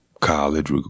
college